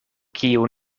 kiu